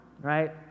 right